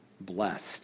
blessed